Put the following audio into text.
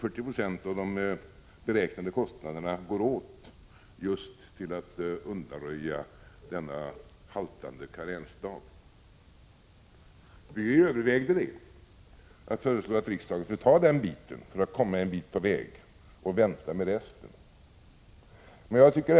40 20 av kostnaderna går åt just för att undanröja denna haltande karensdag. Vi övervägde att föreslå riksdagen att ta den här biten för att komma en bra bit på väg och vänta med resten.